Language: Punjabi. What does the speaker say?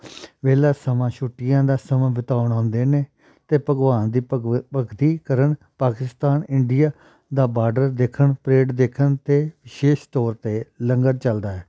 ਵਿਹਲਾ ਸਮਾਂ ਛੁੱਟੀਆਂ ਦਾ ਸਮਾਂ ਬਿਤਾਉਣ ਆਉਂਦੇ ਨੇ ਅਤੇ ਭਗਵਾਨ ਦੀ ਭਗਵ ਭਗਤੀ ਕਰਨ ਪਾਕਿਸਤਾਨ ਇੰਡੀਆ ਦਾ ਬਾਰਡਰ ਦੇਖਣ ਪਰੇਡ ਦੇਖਣ ਅਤੇ ਵਿਸ਼ੇਸ਼ ਤੌਰ 'ਤੇ ਲੰਗਰ ਚੱਲਦਾ ਹੈ